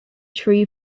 tree